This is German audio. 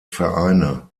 vereine